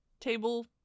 table